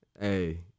Hey